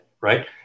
right